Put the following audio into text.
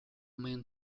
main